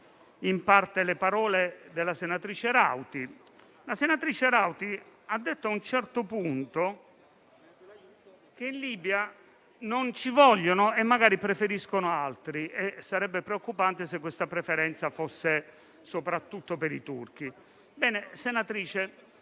in parte le parole della senatrice Rauti, che ha detto a un certo punto che in Libia non ci vogliono e magari preferiscono altri e sarebbe preoccupante se questa preferenza fosse soprattutto per i turchi.